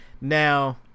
Now